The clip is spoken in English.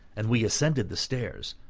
and we ascended the stairs,